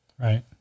Right